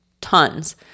Tons